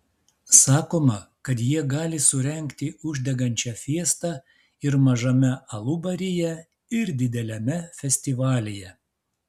sakoma kad jie gali surengti uždegančią fiestą ir mažame alubaryje ir dideliame festivalyje